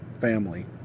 family